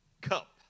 Cup